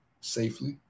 safely